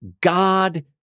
God